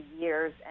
years